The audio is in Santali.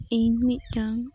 ᱤᱧ ᱢᱤᱜᱴᱟᱝ